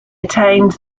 attained